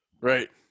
Right